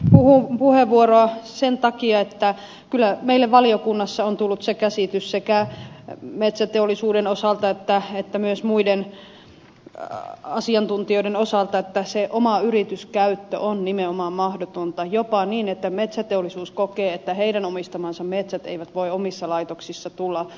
pyysin puheenvuoroa sen takia että kyllä meille valiokunnassa on tullut se käsitys sekä metsäteollisuuden osalta että myös muiden asiantuntijoiden osalta että se oma yrityskäyttö on nimenomaan mahdotonta jopa niin että metsäteollisuus kokee että heidän omistamansa metsät eivät voi omissa laitoksissa tulla poltetuiksi